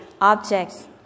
objects